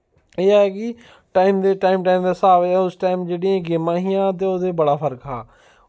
एह् ऐ कि टाईम टाईम टाईम दे हिसाब ऐ उस टाईम जेह्ड़ियां गेमां हियां ते ओह्दे च बड़ा फर्क हा